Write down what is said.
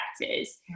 factors